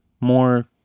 more